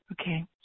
Okay